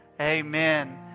Amen